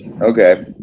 okay